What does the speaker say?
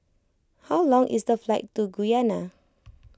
how long is the flight to Guyana